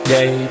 Day